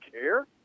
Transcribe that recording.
care